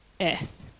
Earth